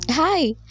Hi